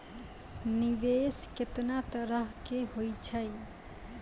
निवेश केतना तरह के होय छै?